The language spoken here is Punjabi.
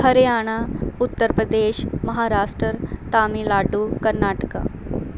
ਹਰਿਆਣਾ ਉੱਤਰ ਪ੍ਰਦੇਸ਼ ਮਹਾਰਾਸ਼ਟਰ ਤਾਮਿਲਾਡੂ ਕਰਨਾਟਕਾ